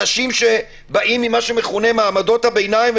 אנשים שבאים ממה שמכונה מעמד הביניים,